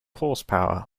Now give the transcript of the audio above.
horsepower